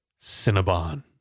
Cinnabon